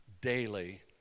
daily